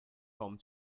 home